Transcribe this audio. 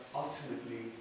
ultimately